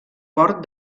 port